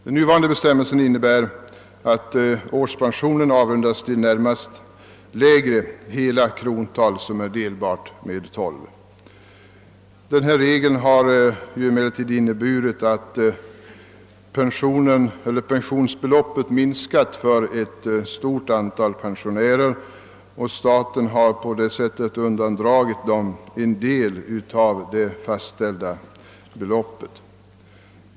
Den nuvarande bestämmelsen innebär att årspensionen avrundas till närmast lägre hela krontal, som är delbart med tolv. Denna regel har emellertid inneburit att pensionsbeloppet minskat för ett stort antal pensionärer, och staten har på det sättet undandragit dem en del av det fastställda beloppet.